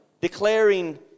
declaring